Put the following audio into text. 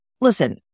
listen